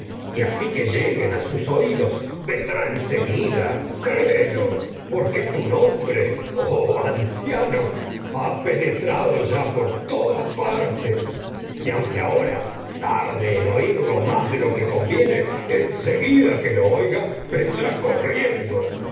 y así que lleguen a sus oídos vendrá en tu seguida créelo porque todas nombre oh anciano ha penetrado ya por ahora tarde en partes y aunque oírlo más de lo que conviene en seguida que lo oiga vendrá corriendo